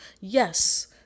Yes